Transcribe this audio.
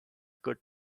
good